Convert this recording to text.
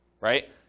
right